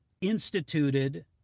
instituted